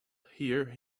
hear